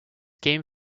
game